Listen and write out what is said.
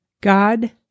God